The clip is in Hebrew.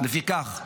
לפיכך,